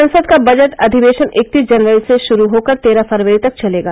संसद का बजट अधिवेशन इकतीस जनवरी से शुरू होकर तेरह फरवरी तक चलेगा